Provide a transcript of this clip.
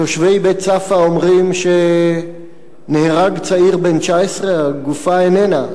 תושבי בית-צפא אומרים שנהרג צעיר בן 19. הגופה איננה,